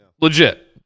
Legit